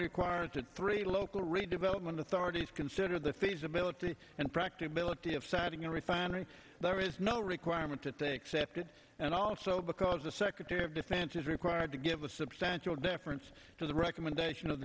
required to three local redevelopment authorities consider the feasibility and practicability of setting a refinery there is no requirement to take septa and also because the secretary of defense is required to give a substantial difference to the recommendation of